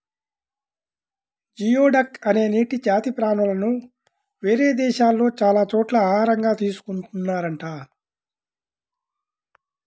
geoduck అనే నీటి జాతి ప్రాణులను వేరే దేశాల్లో చాలా చోట్ల ఆహారంగా తీసుకున్తున్నారంట